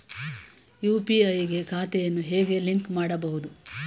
UPI ಗೆ ಖಾತೆಯನ್ನು ಹೇಗೆ ಲಿಂಕ್ ಮಾಡುವುದು?